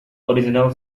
original